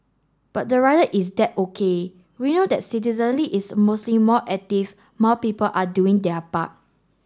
but the rider is that O K we know that citizenry is mostly more active more people are doing their part